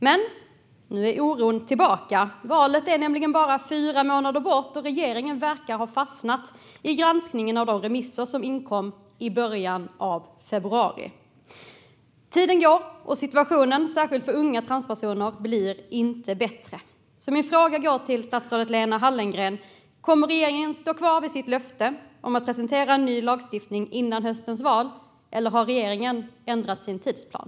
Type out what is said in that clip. Men nu är oron tillbaka. Valet är nämligen bara fyra månader bort, och regeringen verkar ha fastnat i granskningen av de remisser som inkom i början av februari. Tiden går, och situationen, särskilt för unga transpersoner, blir inte bättre. Därför frågar jag statsrådet Lena Hallengren: Kommer regeringen att stå kvar vid sitt löfte om att presentera en ny lagstiftning innan höstens val, eller har regeringen ändrat sin tidsplan?